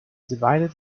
divided